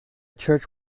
church